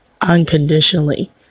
unconditionally